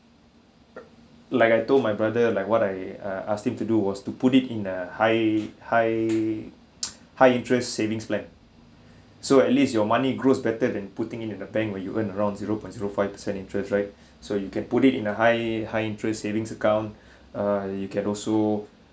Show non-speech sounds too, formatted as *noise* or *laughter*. like I told my brother like what I uh asked him to do was to put it in a high high *noise* high interest savings plan so at least your money grows better than putting in a bank where you earn around zero point zero five percent interest right so you can put it in a high high interest savings account *breath* uh you can also